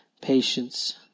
patience